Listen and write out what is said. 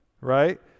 right